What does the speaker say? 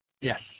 Yes